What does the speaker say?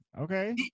okay